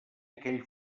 aquell